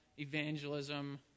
evangelism